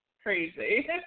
Crazy